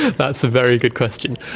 that's a very good question.